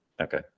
okay